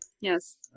Yes